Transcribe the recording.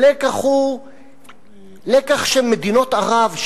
הלקח הוא לקח שמדינות ערב,